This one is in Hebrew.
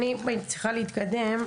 אני צריכה להתקדם,